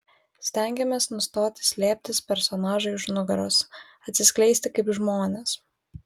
stengiamės nustoti slėptis personažui už nugaros atsiskleisti kaip žmonės